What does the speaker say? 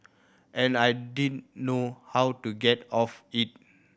and I didn't know how to get off it